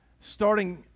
starting